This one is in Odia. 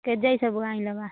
କେ ଯାଇ ସବୁ ଆଇଁଲ ବା